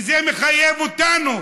וזה מחייב אותנו,